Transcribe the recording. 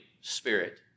spirit